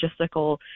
logistical